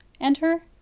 enter